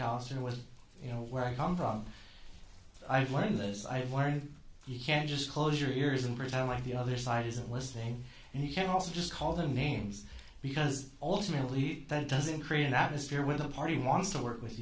r and with you know where i come from i've learned as i've learned you can't just close your ears and pretend like the other side isn't listening and you can also just call them names because ultimately that doesn't create an atmosphere where the party wants to work with